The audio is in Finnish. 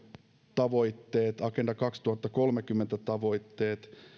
tavoitteet agenda kaksituhattakolmekymmentä tavoitteet